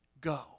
Go